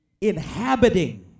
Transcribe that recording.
inhabiting